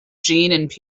jeanne